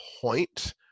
point